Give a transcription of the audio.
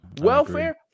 Welfare